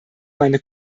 meine